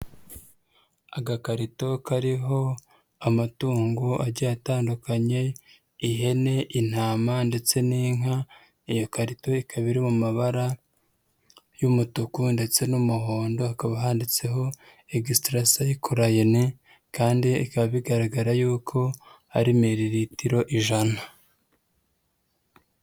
Agakarito kariho amatungo agiye atandukanye ihene, intama ndetse n'inka, iyo karito ikaba iri mu mabara y'umutuku ndetse n'umuhondo, hakaba handitseho extracycline kandi ikaba bigaragara yuko ari mililitiro ijana.